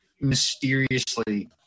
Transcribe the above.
mysteriously